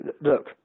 look